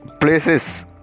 places